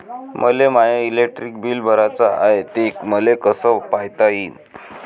मले my electric bill भराचं हाय, ते मले कस पायता येईन?